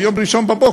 ביום ראשון בבוקר.